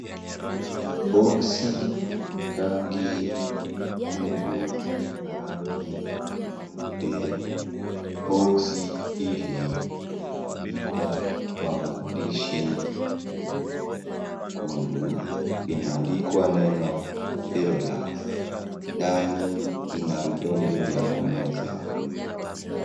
Boxi ya rangi nyekundu na rangi nyeupe. Boxi hili limeandikwa kwa maandishi nyekundu, imeandikwa neno Ferolax ndani inavidonge vya kumeza.